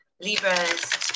Libras